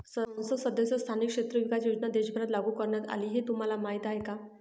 संसद सदस्य स्थानिक क्षेत्र विकास योजना देशभरात लागू करण्यात आली हे तुम्हाला माहीत आहे का?